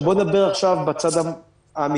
בוא נדבר עכשיו בצד האמיתי.